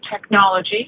technology